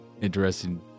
interesting